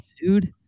dude